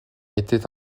était